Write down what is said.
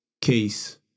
case